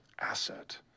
asset